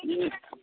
हूँ